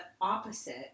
opposite